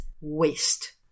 waste